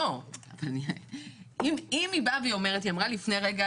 היא אמרה לפני רגע,